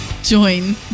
join